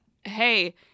hey